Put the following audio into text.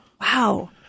Wow